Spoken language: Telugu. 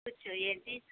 కుర్చో ఏంటి